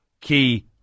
key